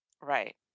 Right